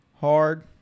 hard